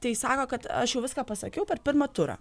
tai sako kad aš jau viską pasakiau per pirmą turą